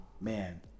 man